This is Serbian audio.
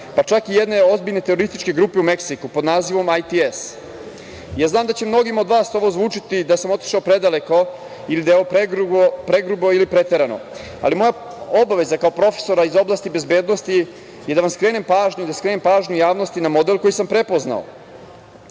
pa čak i jedne ozbiljne terorističke grupe u Meksiku pod nazivom ITS.Znam da će mnogima od vas ovo zvučati da sam otišao predaleko ili da je ovo pregrubo ili preterano, ali moja obaveza kao profesor iz oblasti bezbednosti je da vam skrenem pažnju i da skrenem pažnju javnosti na model koji sam prepoznao.